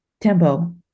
tempo